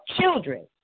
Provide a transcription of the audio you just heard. children